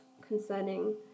concerning